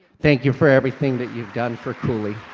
thank you for everything that you've done for cooley